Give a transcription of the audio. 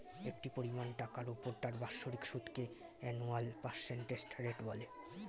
একটি পরিমাণ টাকার উপর তার বাৎসরিক সুদকে অ্যানুয়াল পার্সেন্টেজ রেট বলে